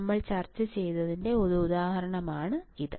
നമ്മൾ ചർച്ച ചെയ്തതിന്റെ ഒരു ഉദാഹരണമാണിത്